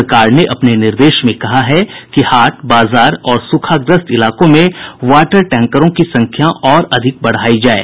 सरकार ने अपने निर्देश में कहा है कि हाट बाजार और सूखाग्रस्त इलाकों में वाटर टैंकर की संख्या और अधिक बढ़ाई जाये